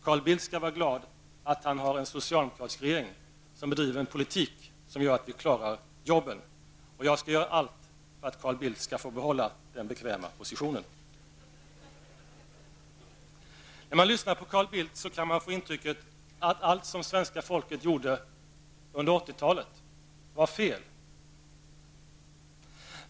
Carl Bildt skall vara glad att han har en socialdemokratisk regering som bedriver en politik som gör att vi klarar arbetena. Jag skall göra allt för att Carl Bildt skall få behålla den bekväma positionen. När man lyssnar på Carl Bildt kan man få intrycket att allt vad svenska folket gjorde under 80-talet var felaktigt.